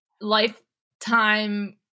lifetime